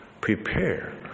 prepare